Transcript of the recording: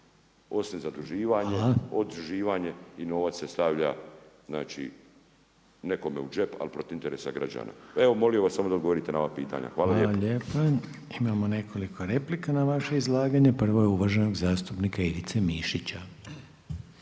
osim zaduživanja, oduživanje i novac se stavlja znači nekome u džep ali protiv interesa građana. Evo molim vas da mi odgovorite na ova pitanja. Hvala lijepa. **Reiner, Željko (HDZ)** Hvala lijepa. Imamo nekoliko replika na vaše izlaganje. Prvo je uvaženog zastupnika Ivice Mišića.